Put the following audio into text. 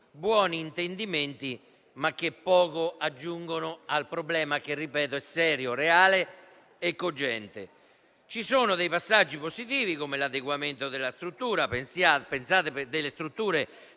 buoni intendimenti, ma che poco aggiungono al problema che, ripeto, è serio, reale e cogente. Ci sono alcuni passaggi positivi, come l'adeguamento delle strutture,